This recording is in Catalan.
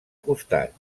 costat